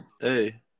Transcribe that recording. hey